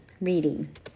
reading